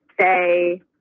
say